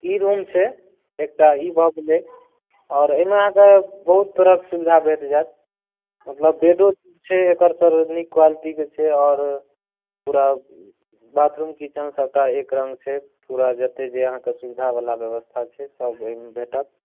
ई room छै एकटा ई भऽ गेलै आओर एहिमे अहाँकेँ बहुत सब सुविधा भेट जायत मतलब बेडो छै एकर सर नीक क्वालिटीके छै आओर पूरा बाथरूम किचन सबटा एक रङ्ग छै पूरा जते अहाँकेँ सुविधा बला जे व्यवस्था छै सब ओहिमे भेटत